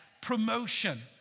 promotion